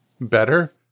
better